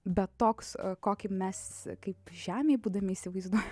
bet toks kokį mes kaip žemėj būdami įsivaizduojam